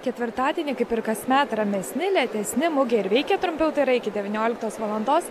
ketvirtadieniai kaip ir kasmet ramesni lėtesni mugė ir veikia trumpiau tai yra iki devynioliktos valandos